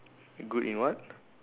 good in what